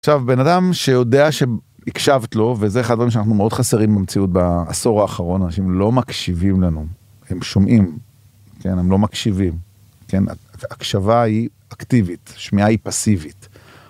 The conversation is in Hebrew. עכשיו, בן אדם שיודע שהקשבת לו, וזה אחד הדברים שאנחנו מאוד חסרים במציאות בעשור האחרון, אנשים לא מקשיבים לנו, הם שומעים, הם לא מקשיבים, הקשבה היא אקטיבית, שמיעה היא פסיבית.